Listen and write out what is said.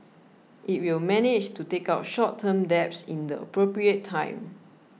it will manage to take out short term debts in the appropriate time